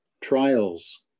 trials